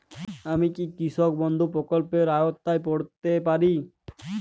আমি কি কৃষক বন্ধু প্রকল্পের আওতায় পড়তে পারি?